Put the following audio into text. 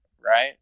right